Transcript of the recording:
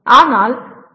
ஆனால் பி